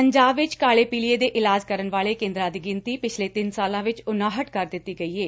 ਪੰਜਾਬ ਵਿਚ ਕਾਲੇ ਪੀਲੀਏ ਦੇ ਇਲਾਜ ਕਰਨ ਵਾਲੇ ਕੇਂਦਰਾਂ ਦੀ ਗਿਣਤੀ ਪਿਛਲੇ ਤਿੰਨ ਸਾਲਾਂ ਵਿਚ ਉਨਾਹਠ ਕਰ ਦਿੱਤੀ ਗਈ ਏ